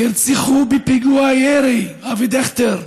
נרצחו בפיגוע ירי, אבי דיכטר,